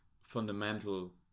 fundamental